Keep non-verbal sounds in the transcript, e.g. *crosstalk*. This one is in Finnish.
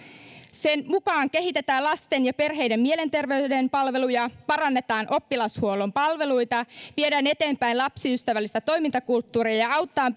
sen mukaan kehitetään lasten ja perheiden mielenterveyden palveluja parannetaan oppilashuollon palveluita viedään eteenpäin lapsiystävällistä toimintakulttuuria ja ja autetaan *unintelligible*